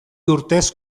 urtez